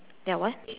ya why